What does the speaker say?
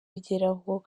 bigeraho